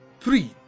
Three